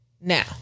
now